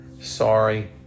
sorry